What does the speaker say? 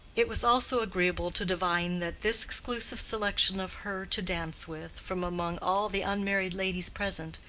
it was also agreeable to divine that this exclusive selection of her to dance with, from among all the unmarried ladies present,